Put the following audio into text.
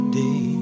day